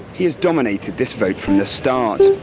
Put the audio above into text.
he has dominated this vote from the start.